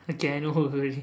okay I know who already